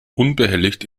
unbehelligt